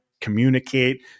communicate